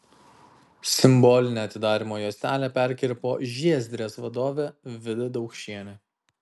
simbolinę atidarymo juostelę perkirpo žiezdrės vadovė vida daukšienė